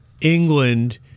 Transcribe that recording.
England